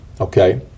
Okay